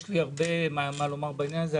יש לי הרבה מה לומר בעניין הזה,